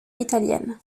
italienne